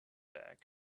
bag